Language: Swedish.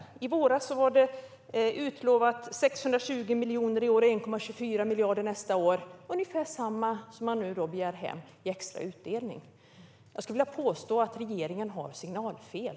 I våras utlovades 620 miljoner för i år och för nästa år 1,24 miljarder. Det är ungefär samma belopp som nu begärs hem i extra utdelning. Jag påstår att regeringen har signalfel.